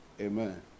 Amen